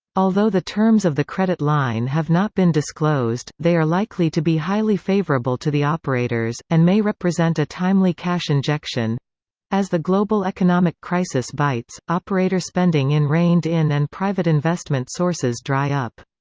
although the terms of the credit line have not been disclosed, they are likely to be highly favourable to the operators, and may represent a timely cash injection as the global economic crisis bites, operator spending in reined in and private investment sources dry up.